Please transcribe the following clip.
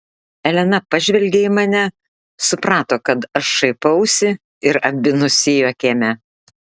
elena pažvelgė į mane suprato kad aš šaipausi ir abi nusijuokėme